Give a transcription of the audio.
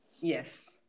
yes